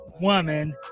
woman